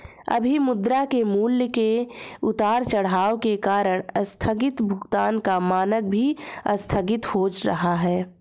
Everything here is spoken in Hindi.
अभी मुद्रा के मूल्य के उतार चढ़ाव के कारण आस्थगित भुगतान का मानक भी आस्थगित हो रहा है